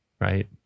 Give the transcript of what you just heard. right